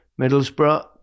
Middlesbrough